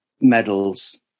medals